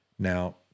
Now